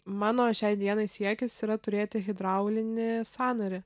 mano šiai dienai siekis yra turėti hidraulinį sąnarį